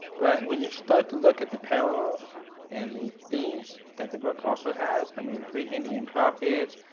but when you start to look at the parallels and the themes that the book also has i mean three indian prophets,